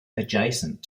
adjacent